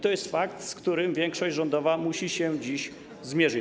To jest fakt, z którym większość rządowa musi się dziś zmierzyć.